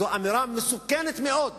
זאת אמירה מסוכנת מאוד,